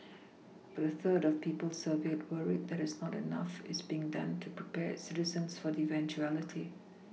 but a third of people surveyed worry that is not enough is being done to prepare its citizens for the eventuality